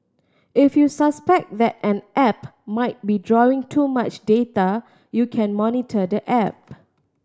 if you suspect that an app might be drawing too much data you can monitor the app